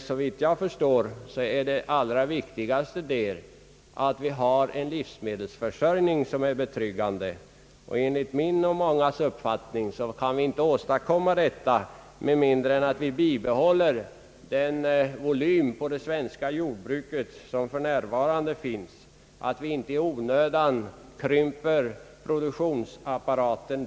Såvitt jag förstår är det allra viktigast att vi har en livsmedelsförsörjning som är betryggande. Enligt min och mångas uppfattning kan vi inte åstadkomma detta med mindre än att vi bibehåller det svenska jordbrukets nuvarande volym, så att vi inte i onödan krymper produktionsapparaten.